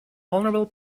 vulnerable